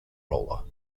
roller